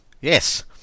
Yes